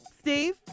Steve